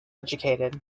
educated